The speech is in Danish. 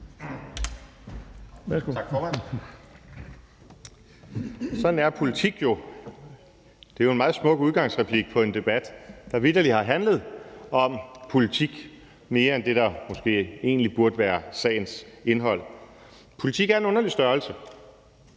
Tak, formand. »Sådan er politik jo«. Det er jo en meget smuk udgangsreplik på en debat, der vitterlig har handlet om politik mere end det, der måske egentlig burde være sagens indhold. Politik er en underlig størrelse.